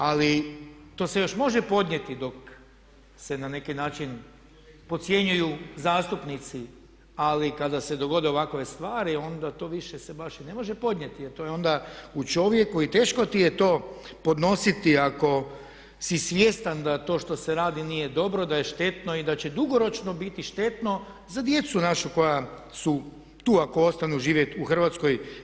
Ali to se još može podnijeti dok se na neki način podcjenjuju zastupnici, ali kada se dogode ovakove stvari, onda to više se baš i ne može podnijeti, jer to je onda u čovjeku i teško ti je to podnositi ako si svjestan da to što se radi nije dobro, da je štetno i da će dugoročno biti štetno za djecu našu koja su tu ako ostanu živjet u Hrvatskoj.